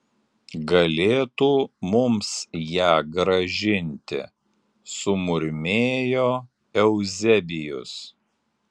galėtų mums ją grąžinti sumurmėjo euzebijus